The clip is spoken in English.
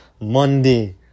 Monday